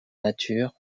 nature